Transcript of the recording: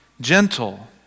gentle